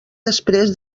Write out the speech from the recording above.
després